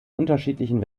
unterschiedlichen